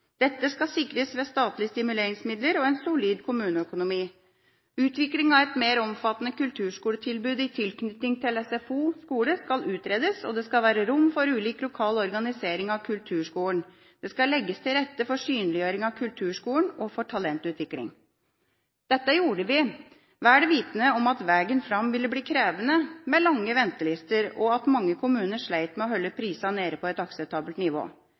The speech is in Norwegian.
Dette skal sikres ved statlige stimuleringsmidler og en solid kommuneøkonomi. Utvikling av et mer omfattende kulturskoletilbud i tilknytning til SFO/skole skal utredes. Det skal være rom for ulik lokal organisering av kulturskolen. Det skal legges til rette for synliggjøring av kulturskolen og for talentutvikling.» Dette gjorde vi – vel vitende om at veien fram ville bli krevende, med lange ventelister, og at mange kommuner slet med å holde prisene nede på et akseptabelt nivå.